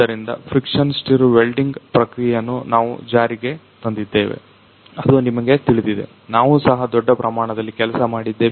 ಆದ್ದರಿಂದ friction stir welding ಪ್ರಕ್ರಿಯೆಯನ್ನು ನಾವು ಜಾರಿಗೆ ತಂದಿದ್ದೇವೆ ಅದು ನಿಮಗೆ ತಿಳಿದಿದೆ ನಾವು ಸಹ ದೊಡ್ಡ ಪ್ರಮಾಣದಲ್ಲಿ ಕೆಲಸ ಮಾಡುತ್ತಿದ್ದೇವೆ